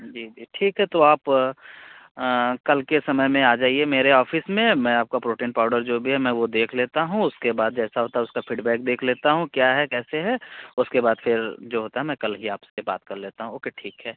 जी जी ठीक है तो आप कल के समय में आ जाइए मेरे ऑफिस में मैं आपका प्रोटीन पाउडर जो भी है मैं वो देख लेता हूँ उसके बाद जैसा होता है उसका फीडबैक देख लेता हूँ क्या है कैसे है उसके बाद फिर जो होता है मैं कल ही आप से बात कर लेता हूँ ओके ठीक है